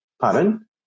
Pardon